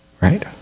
Right